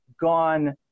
gone